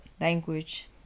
language